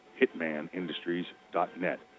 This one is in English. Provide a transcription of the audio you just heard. hitmanindustries.net